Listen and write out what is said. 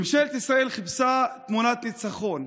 ממשלת ישראל חיפשה תמונת ניצחון,